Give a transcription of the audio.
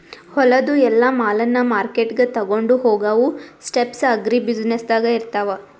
ಹೊಲದು ಎಲ್ಲಾ ಮಾಲನ್ನ ಮಾರ್ಕೆಟ್ಗ್ ತೊಗೊಂಡು ಹೋಗಾವು ಸ್ಟೆಪ್ಸ್ ಅಗ್ರಿ ಬ್ಯುಸಿನೆಸ್ದಾಗ್ ಇರ್ತಾವ